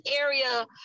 area